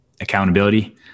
Accountability